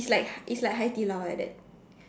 is like hai is like Hai-Di-Lao like that